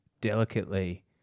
Delicately